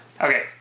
Okay